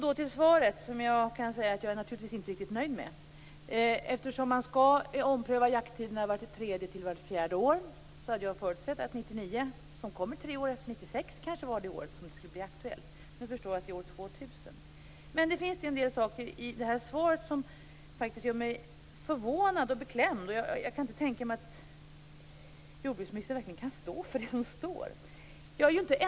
Nu skall jag gå över till svaret, som jag naturligtvis inte är riktigt nöjd med. Eftersom man skall ompröva jakttiderna vart tredje eller vart fjärde år hade jag förutsett att 1999, som kommer tre år efter 1996, var det år som det skulle bli aktuellt. Nu förstår jag att det är år 2000. Det finns en del saker i det här svaret som faktiskt gör mig förvånad och beklämd. Jag kan inte tänka mig att jordbruksministern verkligen kan stå för det som står i svaret.